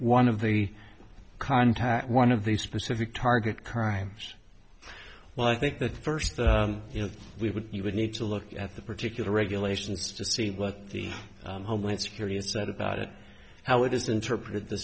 one of the contact one of the specific target current well i think the first you know we would you would need to look at the particular regulations to see what the homeland security has said about it how it is interpret the